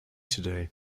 today